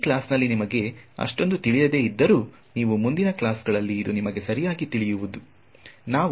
ಈ ಕ್ಲಾಸ್ನಲ್ಲಿ ನಿಮಗೆ ಅಷ್ಟೊಂದು ತಿಳಿಯದೆ ಇದ್ದರೂ ನೀವು ಮುಂದಿನ ಕ್ಲಾಸ್ ಗಳಲ್ಲಿ ಇದು ನಿಮಗೆ ಸರಿಯಾಗಿ ತಿಳಿಯುವುದೆ